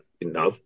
enough